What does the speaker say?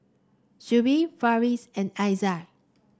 Shuib Farish and Aizat